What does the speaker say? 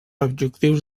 objectius